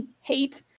Hate